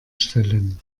stellen